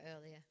earlier